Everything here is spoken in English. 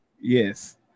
Yes